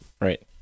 Right